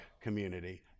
community